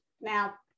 Now